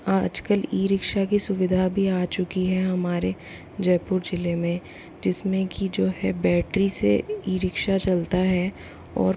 आज कल e rickshaw की सुविधा भी आ चुकी है हमारे जयपुर ज़िले में जिसमें कि जो है बैटरी से ई रिक्शा चलता है और